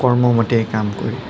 কৰ্ম মতেই কাম কৰি